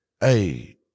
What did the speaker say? hey